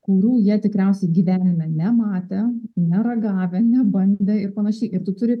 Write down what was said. kurių jie tikriausiai gyvenime nematę neragavę nebandę ir panašiai ir tu turi